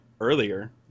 earlier